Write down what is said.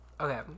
Okay